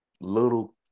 little